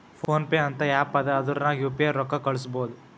phone pay ಅಂತ app ಅದಾ ಅದುರ್ನಗ್ ಯು ಪಿ ಐ ರೊಕ್ಕಾ ಕಳುಸ್ಬೋದ್